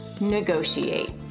negotiate